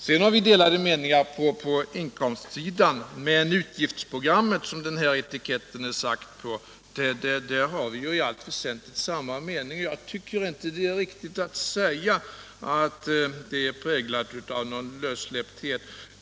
Sedan har vi delade meningar om inkomstsidan, men när det gäller utgiftsprogrammet — som den här etiketten är satt på — har vi i allt väsentligt samma mening, och jag tycker inte att det är riktigt att säga att det är präglat av någon lössläppthet.